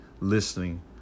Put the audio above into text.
listening